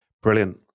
Brilliant